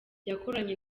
yakoranye